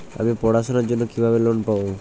আমি পড়াশোনার জন্য কিভাবে লোন পাব?